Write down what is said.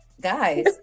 Guys